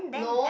no